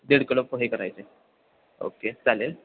दीड किलो पोहे करायचे ओके चालेल